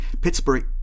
Pittsburgh